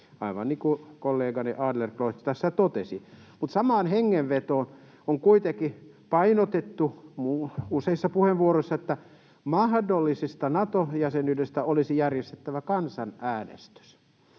aivan niin kuin kollegani Adlercreutz tässä totesi — mutta samaan hengenvetoon on kuitenkin painotettu useissa puheenvuoroissa, että mahdollisesta Nato-jäsenyydestä olisi järjestettävä kansanäänestys.